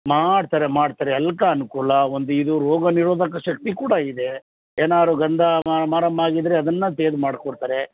ಮಾಡ್ತಾರೆ ಮಾಡ್ತಾರೆ ಎಲ್ಲ ಅನುಕೂಲ ಒಂದು ಇದು ರೋಗ ನಿರೋಧಕ ಶಕ್ತಿ ಕೂಡ ಇದೆ ಏನಾದ್ರು ಗಂಧ ಮ ಮರ ಮಾಗಿದರೆ ಅದನ್ನ ತೇದು ಮಾಡಿಕೊಡ್ತಾರೆ